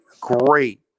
great